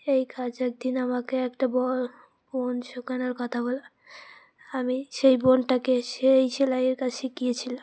এই কাজ একদিন আমাকে একটা ব বোন শেখানোর কথা বলে আমি সেই বোনটাকে সেই সেলাইয়ের কাজ শিখিয়েছিলাম